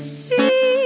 see